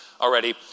already